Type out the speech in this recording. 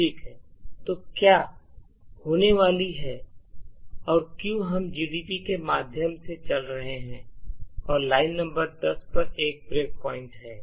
ठीक है तो यहाँ क्या होने वाला है क्योंकि हम GDB के माध्यम से चल रहे हैं और लाइन नंबर 10 पर एक ब्रेक पॉइंट है